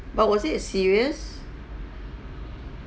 but was it serious